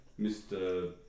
Mr